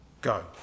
Go